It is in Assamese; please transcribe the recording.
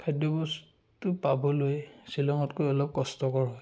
খাদ্য বস্তু পাবলৈ শ্বিলঙতকৈ অলপ কষ্টকৰ হয়